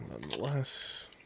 nonetheless